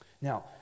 Now